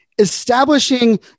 establishing